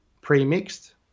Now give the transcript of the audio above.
pre-mixed